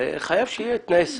חייב שיהיו תנאי סף,